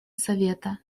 совета